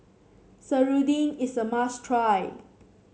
serunding is a must try